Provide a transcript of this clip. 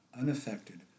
unaffected